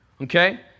okay